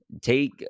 take